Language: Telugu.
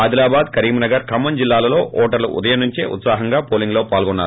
ఆదిలాబాద్ కరీంనగర్ ఖమ్మం జిల్లాలలో ఓటర్లు ఉదయం సమంచే ఉత్సాహం గా పోల్లింగ్ లో పాల్గొన్నారు